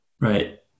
Right